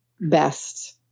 best